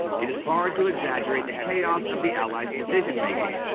it is hard to exaggerate the chaos of the allies decision-making,